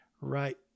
right